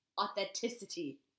authenticity